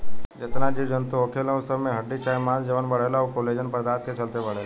जेतना जीव जनतू होखेला उ सब में हड्डी चाहे मांस जवन बढ़ेला उ कोलेजन पदार्थ के चलते बढ़ेला